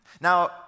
Now